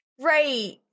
right